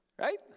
Right